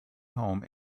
home